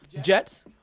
Jets